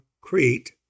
Crete